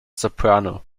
soprano